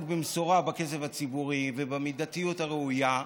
במשורה בכסף הציבורי ובמידתיות הראויה,